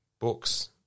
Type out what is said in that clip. books